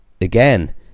Again